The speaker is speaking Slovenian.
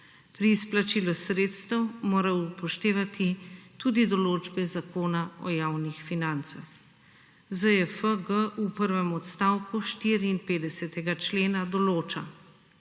Pri izplačilu sredstev mora upoštevati tudi določbe Zakona o javnih financah. ZJFG v prvem odstavku 54. člena določa,